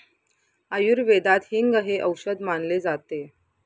आयुर्वेदात हिंग हे औषध मानले जाते